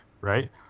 right